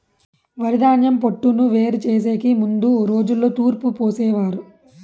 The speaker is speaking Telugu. వరిధాన్యం పొట్టును వేరు చేసెకి ముందు రోజుల్లో తూర్పు పోసేవారు